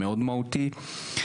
מאוד מהותי,